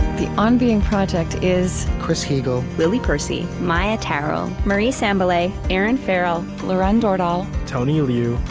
the on being project is chris heagle, lily percy, maia tarrell, marie sambilay, erinn farrell lauren dordal, tony liu,